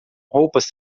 roupas